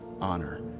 honor